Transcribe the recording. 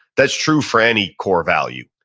that's true for any core value.